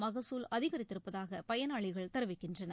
மகசூல் அதிகரித்திருப்பதாக பயனாளிகள் தெரிவிக்கின்றனர்